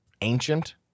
ancient